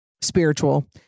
spiritual